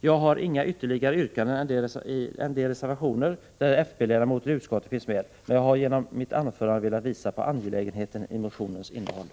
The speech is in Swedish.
Jag har inga ytterligare yrkanden än om bifall till de reservationer där fp-ledamoten i utskottet finns med, men jag har genom mitt anförande velat visa på angelägenheten i motionens innehåll.